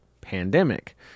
pandemic